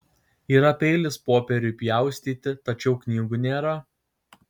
yra peilis popieriui pjaustyti tačiau knygų nėra